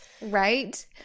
right